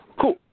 Cool